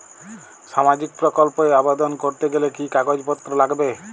সামাজিক প্রকল্প এ আবেদন করতে গেলে কি কাগজ পত্র লাগবে?